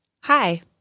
Hi